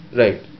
right